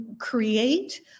create